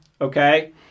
Okay